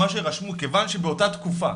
כיוון שבאותה תקופה